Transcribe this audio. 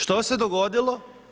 Što se dogodilo?